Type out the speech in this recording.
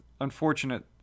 unfortunate